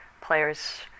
players